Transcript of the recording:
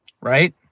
Right